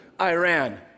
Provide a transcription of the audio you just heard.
Iran